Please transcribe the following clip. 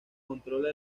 controla